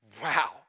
Wow